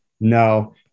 No